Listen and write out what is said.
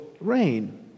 rain